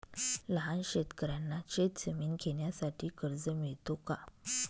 लहान शेतकऱ्यांना शेतजमीन घेण्यासाठी कर्ज मिळतो का?